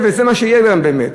וזה גם מה שיהיה באמת.